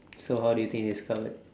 so how do you think it's discovered